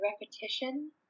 repetition